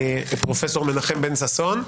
פרופ' מנחם בן ששון,